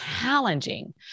Challenging